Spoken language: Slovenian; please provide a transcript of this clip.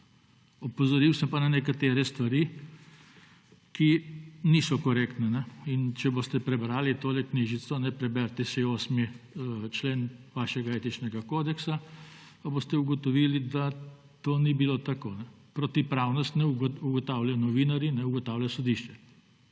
Opozoril sem pa na nekatere stvari, ki niso korektne. In če boste prebrali tole knjižico, preberite si 8. člen vašega etičnega kodeksa, pa boste ugotovili, da to ni bilo tako. Protipravnosti ne ugotavljajo novinarji, ugotavlja sodišče